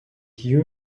you